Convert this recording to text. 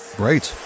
great